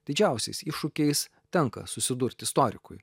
didžiausiais iššūkiais tenka susidurt istorikui